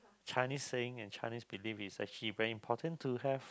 Chinese saying and Chinese belief is actually very important to have